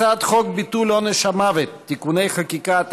הצעת חוק ביטול עונש המוות (תיקוני חקיקה),